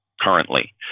currently